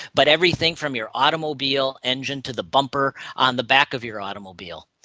but everything from your automobile engine to the bumper on the back of your automobile.